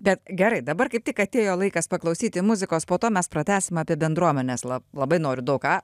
bet gerai dabar kaip tik atėjo laikas paklausyti muzikos po to mes pratęsim apie bendruomenes lab labai noriu daug ką